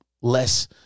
less